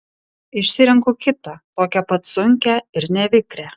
išsirenku kitą tokią pat sunkią ir nevikrią